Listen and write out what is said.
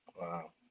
Wow